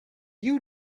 you